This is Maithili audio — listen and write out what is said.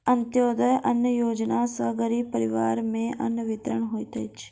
अन्त्योदय अन्न योजना सॅ गरीब परिवार में अन्न वितरण होइत अछि